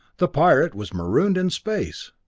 the pirate was marooned in space!